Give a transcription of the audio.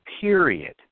period